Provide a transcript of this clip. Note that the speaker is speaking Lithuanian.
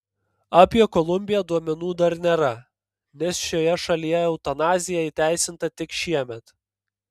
apie kolumbiją duomenų dar nėra nes šioje šalyje eutanazija įteisinta tik šiemet